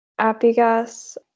Apigas